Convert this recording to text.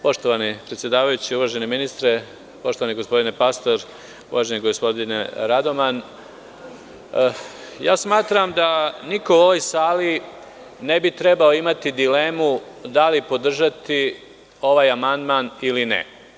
Poštovani predsedavajući, uvaženi ministre, poštovani gospodine Pastor, uvaženi gospodine Radoman, smatram da niko u ovoj sali ne bi trebao imati dilemu da li podržati ovaj amandman ili ne.